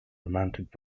romantic